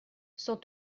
sans